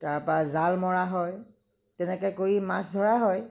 তাৰ পৰা জাল মৰা হয় তেনেকৈ কৰি মাছ ধৰা হয়